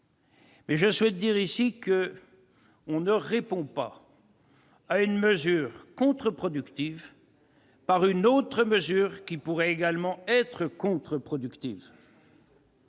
Je souhaite dire ici qu'on ne répond pas à une mesure contre-productive par une autre mesure qui pourrait également l'être. Les médecins